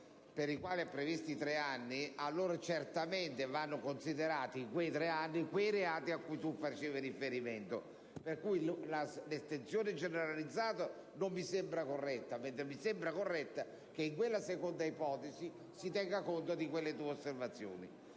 nel massimo a tre anni». Allora certamente vanno considerati in quei tre anni quei reati cui lei faceva riferimento. Per cui l'estensione generalizzata non mi sembra corretta; mi sembra invece corretto che in quella seconda ipotesi si tenga conto delle sue osservazioni.